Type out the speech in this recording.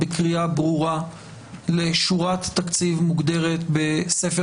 בקריאה ברורה לשורת תקציב מוגדרת בספר